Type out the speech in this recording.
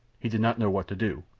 he did not know what to do,